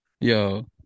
Yo